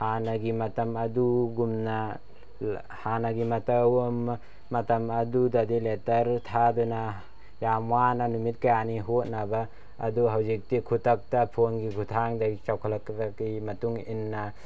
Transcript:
ꯍꯥꯟꯅꯒꯤ ꯃꯇꯝ ꯑꯗꯨꯒꯨꯝꯅ ꯍꯥꯟꯅꯒꯤ ꯃꯇꯝ ꯑꯗꯨꯗꯗꯤ ꯂꯦꯇꯔ ꯊꯥꯗꯨꯅ ꯌꯥꯝ ꯋꯥꯅ ꯅꯨꯃꯤꯠ ꯀꯌꯥꯅꯤ ꯍꯣꯠꯅꯕ ꯑꯗꯨ ꯍꯧꯖꯤꯛꯇꯤ ꯈꯨꯗꯛꯇ ꯐꯣꯟꯒꯤ ꯈꯨꯠꯊꯥꯡꯗꯒꯤ ꯆꯥꯎꯈꯠꯄꯒꯤ ꯃꯇꯨꯡ ꯏꯟꯅ